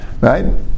Right